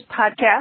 podcast